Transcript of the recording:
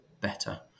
better